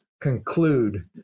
conclude